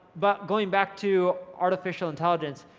but going back to artificial intelligence,